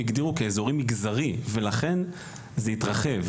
הגדירו כאזורי מגזרי וזה התרחב,